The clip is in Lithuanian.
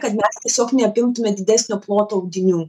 kad mes tiesiog neapimtume didesnio ploto audinių